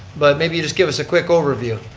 but maybe you just give us a quick overview.